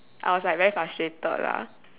I was like very frustrated lah